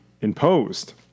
imposed